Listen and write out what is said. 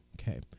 okay